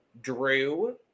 Drew